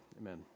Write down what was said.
Amen